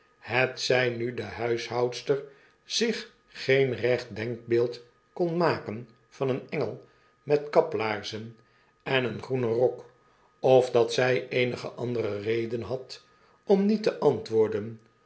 hetzij nu de huishoudster zich geen recht denkbeeld kon maken van een engel met kaplaarzen en een groenen rok of dat zij eenige andere reden had om niet te antwoorden